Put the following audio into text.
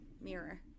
mirror